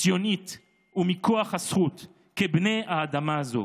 ציונית ומכוח הזכות, כבני האדמה הזו.